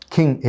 King